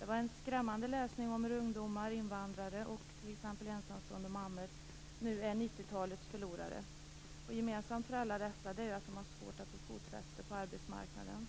Det var en skrämmande läsning om hur ungdomar, invandrare och t.ex. ensamstående mammor nu är 90-talets förlorare. Gemensamt för alla dessa är att de har svårt att få fotfäste på arbetsmarknaden.